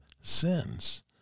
sins